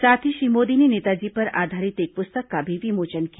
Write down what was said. साथ ही श्री मोदी ने नेताजी पर आधारित एक पुस्तक का भी विमोचन किया